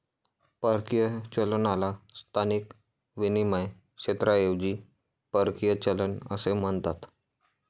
परकीय चलनाला स्थानिक विनिमय क्षेत्राऐवजी परकीय चलन असे म्हणतात